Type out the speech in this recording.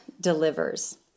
delivers